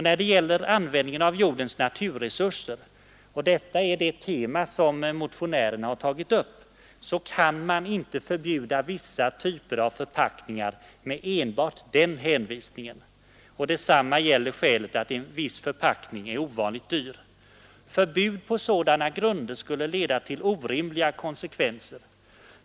När det gäller användningen av jordens naturresurser — och detta är det tema som motionärerna tagit upp — kan man inte förbjuda vissa typer av förpackningar enbart med den hänvisningen. Detsamma gäller deras skäl att en viss förpackning är ovanligt dyr. Förbud på sådana grunder skulle leda till orimliga konsekvenser.